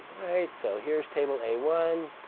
great. so here's table a one.